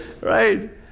right